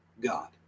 god